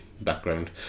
background